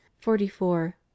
forty-four